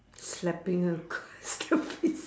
slapping her across the face